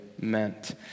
meant